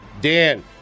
Dan